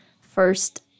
first